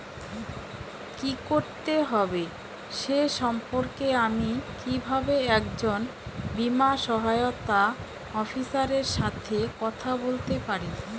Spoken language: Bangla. কী করতে হবে সে সম্পর্কে আমি কীভাবে একজন বীমা সহায়তা অফিসারের সাথে কথা বলতে পারি?